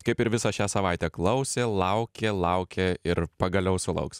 kaip ir visą šią savaitę klausė laukė laukė ir pagaliau sulauks